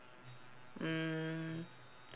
mm